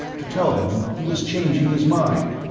to tell them he was changing his mind,